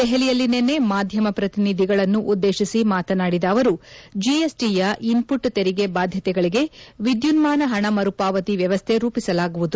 ದೆಹಲಿಯಲ್ಲಿ ನಿನ್ನೆ ಮಾಧ್ಯಮ ಪ್ರತಿನಿಧಿಗಳನ್ನು ಉದ್ದೇಶಿಸಿ ಮಾತನಾಡಿದ ಅವರು ಜಿಎಸ್ಟಿಯ ಇನ್ಪುಟ್ ತೆರಿಗೆ ಬಾಧ್ಯತೆಗಳಿಗೆ ವಿದ್ಯುನ್ನಾನ ಹಣ ಮರುಪಾವತಿ ವ್ಚವಸ್ಥೆ ರೂಪಿಸಲಾಗುವುದು